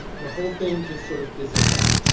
the whole thing just sort of fizzles out.